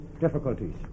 difficulties